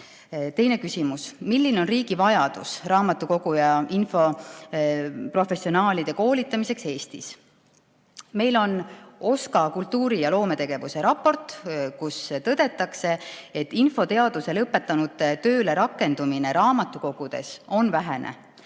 küsimus: "Milline on riigi vajadus raamatukogu- ja infoprofessionaalide koolitamiseks Eestis?" Meil on OSKA kultuuri- ja loometegevuse raport, kus tõdetakse, et infoteaduse lõpetanute tööle rakendumine raamatukogudes on vähene.